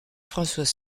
françois